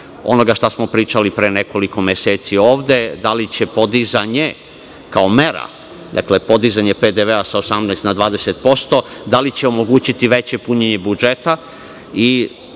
onoga šta smo pričali pre nekoliko meseci ovde, da li će podizanje, kao mera, PDV sa 18% na 20%, da li će omogućiti veće punjenje budžeta i